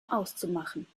auszumachen